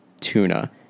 tuna